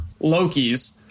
Lokis